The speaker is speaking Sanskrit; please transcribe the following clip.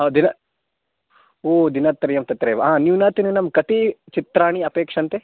ओ दिन ओ दिनत्रयं तत्रेव आ न्यूनातिन्यूनं कति चित्राणि अपेक्षन्ते